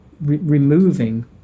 removing